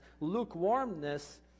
lukewarmness